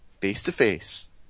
face-to-face